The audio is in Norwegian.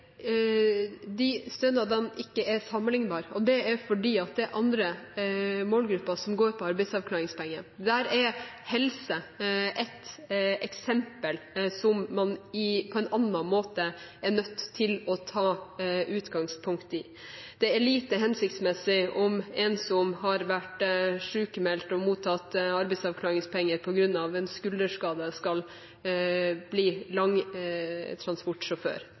de stønadene ikke er sammenlignbare, og det er fordi det er andre målgrupper som går på arbeidsavklaringspenger. Der er helse et eksempel som man på en annen måte er nødt til å ta utgangspunkt i. Det er lite hensiktsmessig at en som har vært sykmeldt og mottatt arbeidsavklaringspenger på grunn av en skulderskade, skal bli